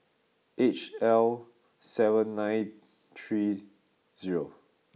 H L seven nine three zero